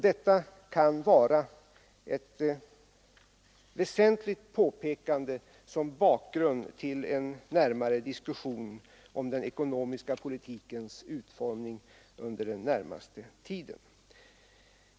Detta kan vara ett väsentligt påpekande som bakgrund till en mer ingående diskussion om den ekonomiska politikens utformning under den närmaste tiden.